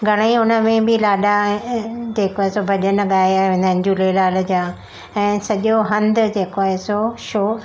घणेई हुन में बि लाॾा जेको आहे सो भॼन ॻाया वेंदा आहिनि झूलेलाल जा ऐं सॼो हंदि जेको आहे सो शो